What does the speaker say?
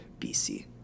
BC